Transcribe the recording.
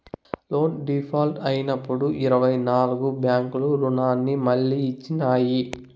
loan default అయినప్పుడు ఇరవై నాల్గు బ్యాంకులు రుణాన్ని మళ్లీ ఇచ్చినాయి